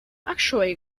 actually